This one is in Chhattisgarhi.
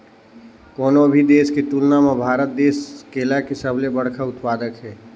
कोनो भी देश के तुलना म भारत देश केला के सबले बड़खा उत्पादक हे